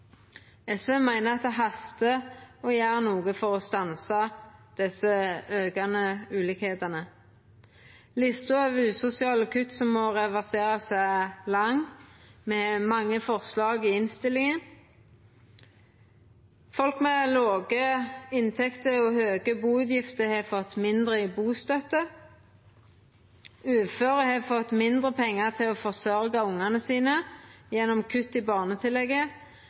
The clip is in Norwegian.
SV meiner at det hastar med å gjera noko for å stansa desse aukande forskjellane. Lista over usosiale kutt som må reverserast er lang. Me har mange forslag i innstillinga. Folk med låge inntekter og høge buutgifter har fått mindre i bustøtte, uføre har fått mindre pengar til å forsørgja ungane sine gjennom kutt i barnetillegget.